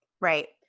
Right